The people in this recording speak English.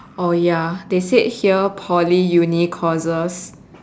oh ya they said here poly uni courses